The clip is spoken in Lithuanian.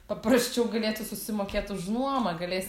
paprasčiau galėtų susimokėti už nuomą galėsi